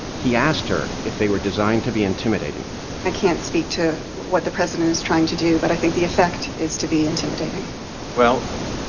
he asked her if they were designed to be intimidating i can't speak to what the president is trying to do, but i think the effect is to be intimidating well,